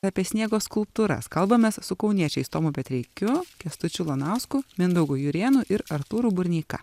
apie sniego skulptūras kalbamės su kauniečiais tomu petreikiu kęstučiu lanausku mindaugu jurėnu ir artūru burneika